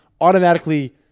automatically